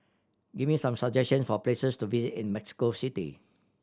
give me some suggestion for places to visit in Mexico City